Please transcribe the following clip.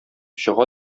чыга